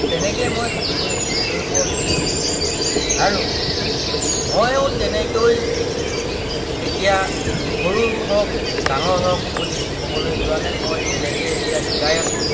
তেনেকেই মই সাঁতুৰিব সাঁতুৰিব শিকিলোঁ আৰু ময়ো তেনেকৈ এতিয়া সৰু হওক ডাঙৰ হওক বুলি ক'বলৈ যোৱা নাই মই তেনেকৈয়ে এতিয়া শিকাই আছো